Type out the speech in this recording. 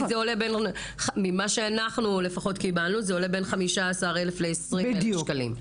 כי ממה שקיבלנו זה עולה בין 15,000 ל- 20,000 שקלים.